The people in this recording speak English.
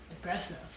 aggressive